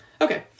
Okay